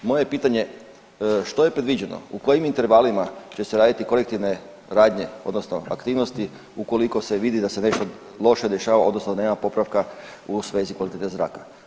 Moje pitanje je što je predviđeno, u kojim intervalima će se raditi korektivne radnje, odnosno aktivnosti ukoliko se vidi da se nešto loše dešava, odnosno nema popravka u svezi kvalitete zraka?